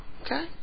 Okay